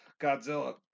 Godzilla